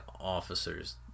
officers